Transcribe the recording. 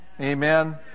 Amen